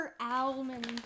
Almond